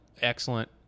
excellent